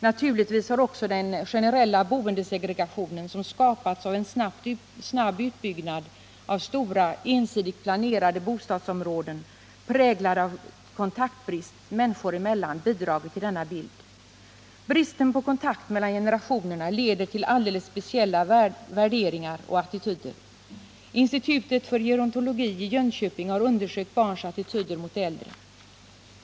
Naturligtvis har också den generella boendesegregationen, som skapats av en snabb utbyggnad av stora, ensidigt planerade bostadsområden, präglade av kontaktbrist människor emellan, bidragit till denna bild. Bristen på kontakt mellan generationerna leder till alldeles speciella värderingar och attityder. Institutet för gerontologi i Jönköping har undersökt barns attityder mot äldre.